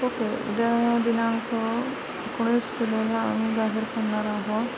okay उद्या दिनांक एकोणीस